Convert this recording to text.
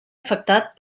afectat